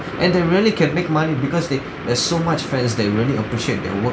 and they really can make money because they there's so much fans that really appreciate their work